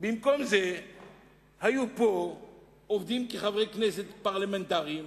במקום זה היו עובדים פה כחברי כנסת, פרלמנטרים.